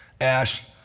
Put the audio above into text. ASH